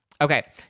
Okay